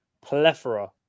plethora